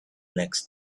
next